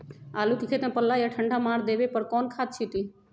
आलू के खेत में पल्ला या ठंडा मार देवे पर कौन खाद छींटी?